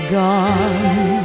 gone